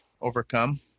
overcome